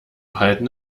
halten